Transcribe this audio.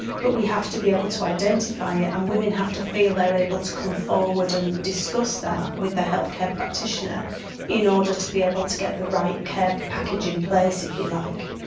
but we have to be able to identify it and women have to feel they are able to come forward and discuss that with their healthcare practitioner in order to be able to get the right care package in place, if you like.